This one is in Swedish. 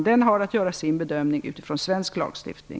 Den har att göra sin bedömning utifrån svensk lagstiftning.